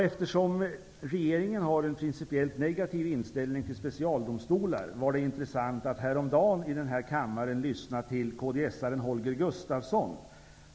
Eftersom regeringen har en principiellt negativ inställning till specialdomstolar var det intressant att häromdagen i denna kammare lyssna till kds:aren Holger Gustafsson.